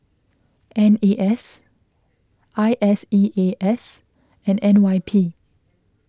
N E S I S E A S and N Y P